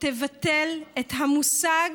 תבטל את המושג